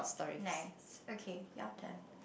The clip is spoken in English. nice okay your turn